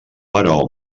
però